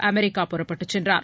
America புறப்பட்டு சென்றார்